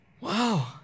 Wow